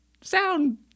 sound